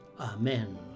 Amen